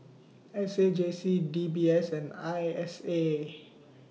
S A J C D B S and I S A